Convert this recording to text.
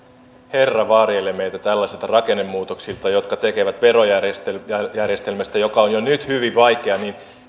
herra varjele meitä tällaisilta rakennemuutoksilta jotka tekevät verojärjestelmästä joka on jo nyt hyvin vaikea